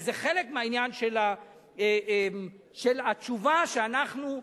וזה חלק מהעניין של התשובה שאנחנו,